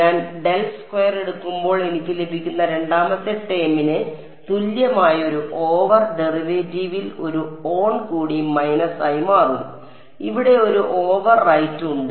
ഞാൻ del square എടുക്കുമ്പോൾ എനിക്ക് ലഭിക്കുന്ന രണ്ടാമത്തെ ടേമിന് തുല്യമായ ഒരു ഓവർ ഡെറിവേറ്റീവിൽ ഒരു ഓൺ കൂടി മൈനസ് ആയി മാറും ഇവിടെ ഒരു ഓവർ റൈറ്റ് ഉണ്ട്